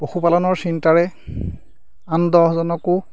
পশুপালনৰ চিন্তাৰে আন দহজনকো